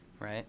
right